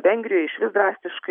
vengrija išvis drastiškai